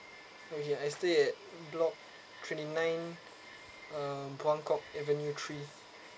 okay I stay at block twenty nine um wang kok avenue three